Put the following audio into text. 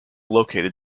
located